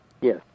Yes